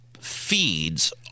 feeds